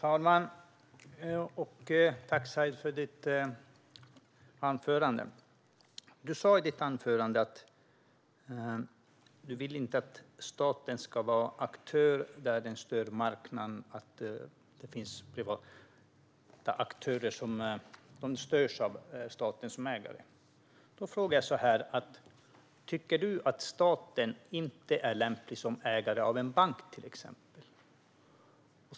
Fru talman! Tack, Said, för ditt anförande! Du sa i ditt anförande att du inte vill att staten ska vara aktör där den stör marknaden. Det finns privata aktörer som störs av staten som ägare. Då frågar jag: Tycker du inte att staten är lämplig som ägare av en bank, till exempel?